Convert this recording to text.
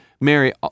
Mary